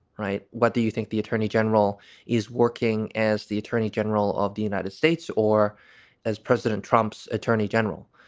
right. what do you think? the attorney general is working as the attorney general of the united states or as president trump's attorney general?